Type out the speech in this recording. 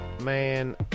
Man